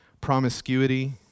promiscuity